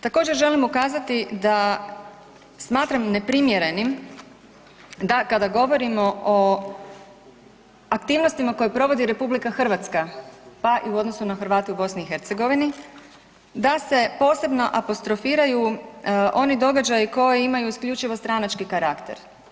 Također želim ukazati da smatram neprimjerenim da kada govorimo o aktivnostima koje provodi RH, pa i u odnosu na Hrvate u BiH da se posebno apostrofiraju oni događaji koji imaju isključivo stranački karakter.